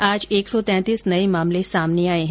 आज एक सौ तैतीस नये मामले सामने आए हैं